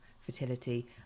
fertility